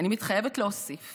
אני מתחייבת להוסיף